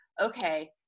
okay